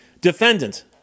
Defendant